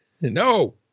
No